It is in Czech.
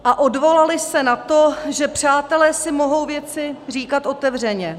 a odvolali se na to, že přátelé si mohou věci říkat otevřeně.